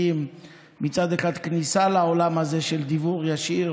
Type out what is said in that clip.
מצד אחד כניסה לעולם הזה של דיוור ישיר